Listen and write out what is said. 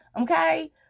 okay